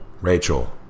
Rachel